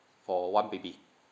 for one baby